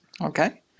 Okay